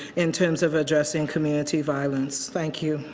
in terms of addressing community violence. thank you.